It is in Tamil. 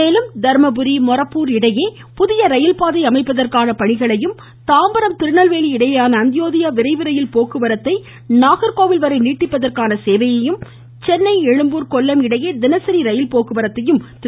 மேலும் தருமபுரி மொரப்பூர் இடையே புதிய ரயில் பாதை அமைப்பதற்கான பணிகளையும் தாம்பரம் திருநெல்வேலி இடையேயான அந்தியோதயா விரைவு ரயில் போக்குவரத்தை நாகர்கோவில் வரை நீட்டிப்பதற்கான சேவையையும் சென்னை எழும்பூர் கொல்லம் இடையே தினசரி ரயில் போக்குவரத்தையும் திரு